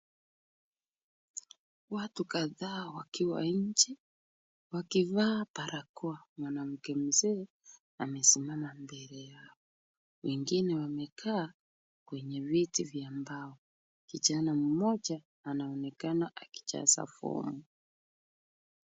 Watu kadhaa wakiwa nje wakivaa barakoa. Mwanamke mzee amesimama mbele yao, wengine wamekaa kwenye viti vya mbao. Kijana mmoja anaonekana akijaza fomu.